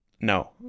No